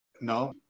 No